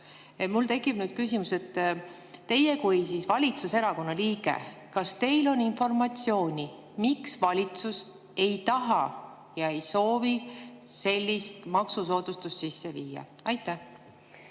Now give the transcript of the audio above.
Mul tekib nüüd küsimus. Teie kui valitsuserakonna liige, kas teil on informatsiooni, miks valitsus ei taha ega soovi sellist maksusoodustust sisse viia? Ma